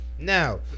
Now